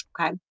Okay